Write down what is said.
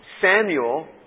Samuel